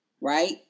right